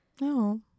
no